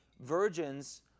virgins